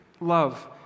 love